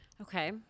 Okay